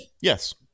Yes